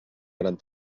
gran